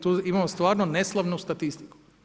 Tu imamo stvarno neslavnu statistiku.